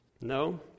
No